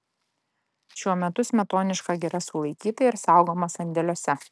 šiuo metu smetoniška gira sulaikyta ir saugoma sandėliuose